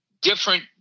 different